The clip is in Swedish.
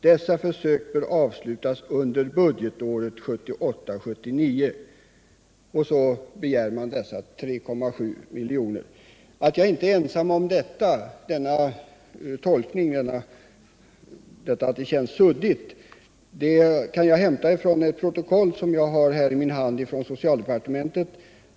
Dessa försök bör läggas upp under budgetåret 1978/79, står det, och så begär man dessa 3,7 miljoner. Att jag inte är ensam om denna tolkning att det känns suddigt kan jag bevisa från ett protokoll som jag har här i min hand från socialdepartementet.